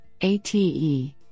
ATE